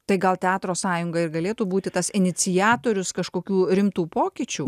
tai gal teatro sąjunga ir galėtų būti tas iniciatorius kažkokių rimtų pokyčių